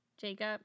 Jacob